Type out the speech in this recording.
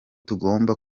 tugomba